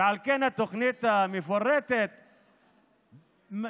ועל כן התוכנית המפורטת מסדירה